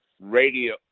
radio